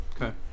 Okay